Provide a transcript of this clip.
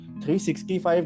365